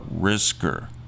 Risker